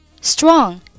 Strong